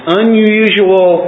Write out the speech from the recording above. unusual